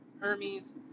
Hermes